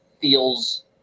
feels